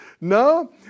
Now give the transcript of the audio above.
No